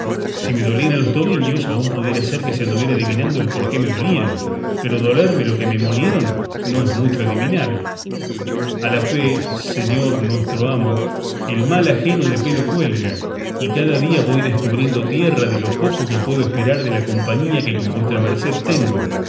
si me dolieran los tobillos aún pudiera ser que se anduviera adivinando el porqué me dolían pero dolerme lo que me molieron no es mucho adivinar a la fe señor nuestro amo el mal ajeno de pelo cuelga y cada día voy descubriendo tierra de lo poco que puedo esperar de la compañía que con vuestra merced tengo